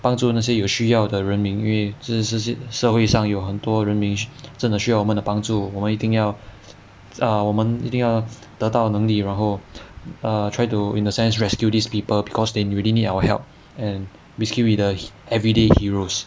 帮助那些有需要的人民因为这 社会上有很多人民真的需要我们的帮助我们一定要 err 我们一定要得到能力然后 err try to in the sense rescue these people because they really need our help and basically be the everyday heroes